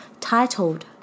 titled